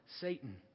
Satan